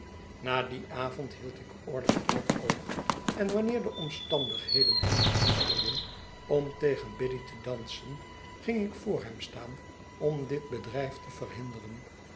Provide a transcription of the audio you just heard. na dien avond hield ik orlick in het oog en wanneer de omstandigheden hem begunstigden om tegen biddy te dansen ging ik voor hem staan om dit bedrijf te verhinderen